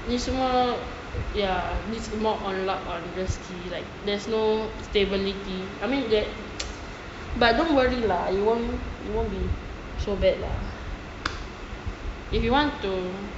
ni semua ya means more on luck or just like there's no stability I mean there but don't worry lah you won't you won't be so bad lah if you want to